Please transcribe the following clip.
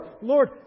Lord